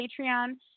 Patreon